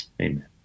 Amen